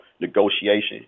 negotiation